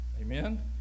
Amen